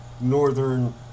northern